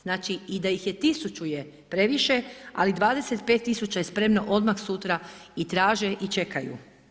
Znači da ih je tisuću je previše, ali 25000 je spremno odmah sutra i traže i čekaju.